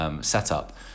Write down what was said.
setup